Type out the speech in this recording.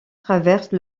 traverse